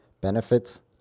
Benefits